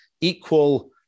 equal